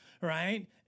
Right